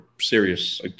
serious